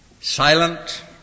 silent